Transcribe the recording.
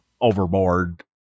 overboard